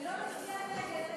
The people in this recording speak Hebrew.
אני לא מצביעה נגד.